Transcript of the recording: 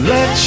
Let